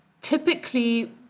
typically